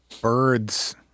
birds